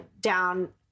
down